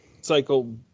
cycle